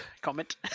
comment